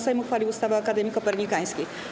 Sejm uchwalił ustawę o Akademii Kopernikańskiej.